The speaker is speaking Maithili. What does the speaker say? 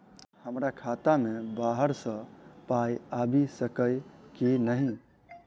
हमरा खाता मे बाहर सऽ पाई आबि सकइय की नहि?